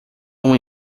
uma